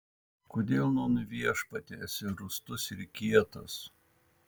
kodėl nūn viešpatie esi rūstus ir kietas